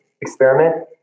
experiment